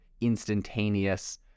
instantaneous